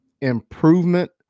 improvement